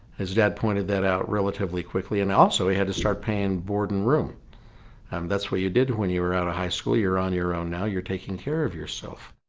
his dad pointed that out relatively quickly and also he had to start paying board and room and that's what you did when you were out of high school you're on your own now you're taking care of yourself.